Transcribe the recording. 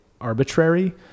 arbitrary